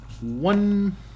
one